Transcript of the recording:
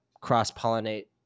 cross-pollinate